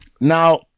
Now